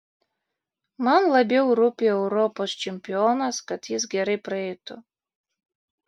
man labiau rūpi europos čempionas kad jis gerai praeitų